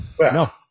No